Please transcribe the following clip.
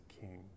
king